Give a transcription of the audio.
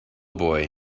boy